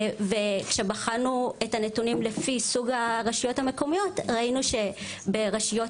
כשבחנו את הנתונים לפי סוג הרשויות המקומיות ראינו שברשויות